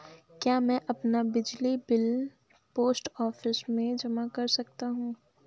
क्या मैं अपना बिजली बिल पोस्ट ऑफिस में जमा कर सकता हूँ?